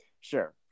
sure